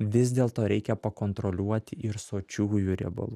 vis dėlto reikia pakontroliuoti ir sočiųjų riebalų